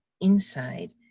inside